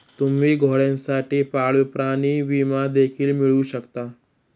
तुम्ही घोड्यांसाठी पाळीव प्राणी विमा देखील मिळवू शकता